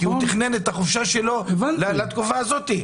כי הוא תכנן את החופשה שלו לתקופה הזאת,